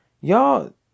Y'all